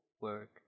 work